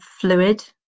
fluid